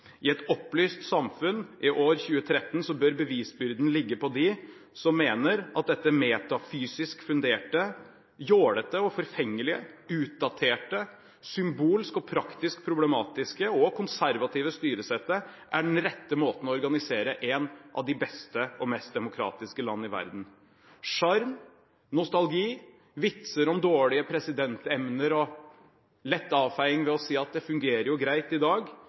i et opplyst samfunn, i år 2013, bør det kunne forventes at bevisbyrden ligger på dem som mener at dette metafysisk funderte, jålete, forfengelige, utdaterte, symbolske, praktisk problematiske og konservative styresettet er den rette måten å organisere et av de beste og mest demokratiske land i verden på. Sjarm, nostalgi, vitser om dårlige presidentemner og lett avfeiing ved å si at det fungerer jo greit i dag,